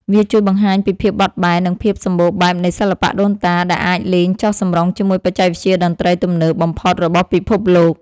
វាជួយបង្ហាញពីភាពបត់បែន និងភាពសម្បូរបែបនៃសិល្បៈដូនតា ដែលអាចលេងចុះសម្រុងជាមួយបច្ចេកវិទ្យាតន្ត្រីទំនើបបំផុតរបស់ពិភពលោក។